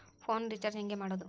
Phone recharge ಹೆಂಗೆ ಮಾಡೋದು?